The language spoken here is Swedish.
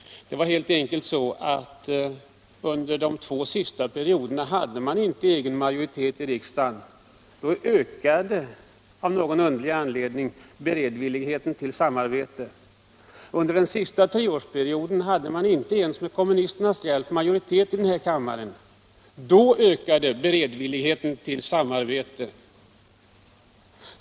Det var helt enkelt så att man under de två sista mandatperioderna inte hade egen majoritet i riksdagen. Då ökade av någon underlig anledning beredvilligheten till samarbete. Under den sista treårsperioden hade man inte ens med kommunisternas hjälp majoritet här i kammaren. Då ökade beredvilligheten till samarbete ytterligare.